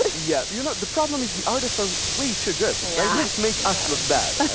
ah yeah. the you know the problem is the artists are way too good. yeah. they just make us look bad, i